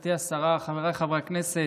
גברתי השרה, חבריי חברי הכנסת,